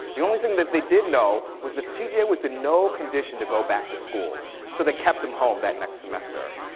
the only thing that they did know was that cj yeah was in no condition to go back to school. so they kept him home that next semester.